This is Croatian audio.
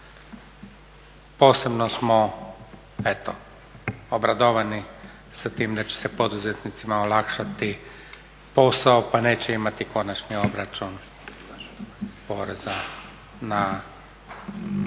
Posebno smo eto obradovani sa tim da će se poduzetnicima olakšati posao pa neće imati konačni obračun poreza na